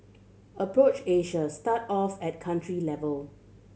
approach Asia start off at country level